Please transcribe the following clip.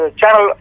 channel